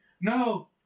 No